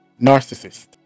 Narcissist